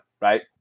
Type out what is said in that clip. right